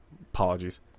Apologies